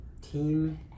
team